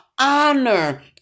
honor